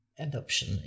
Adoption